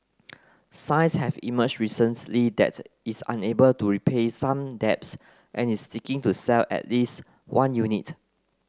signs have emerged recently that it's unable to repay some debts and is seeking to sell at least one unit